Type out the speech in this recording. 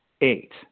Eight